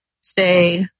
stay